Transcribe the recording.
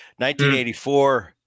1984